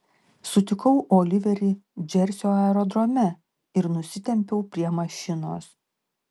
sutikau oliverį džersio aerodrome ir nusitempiau prie mašinos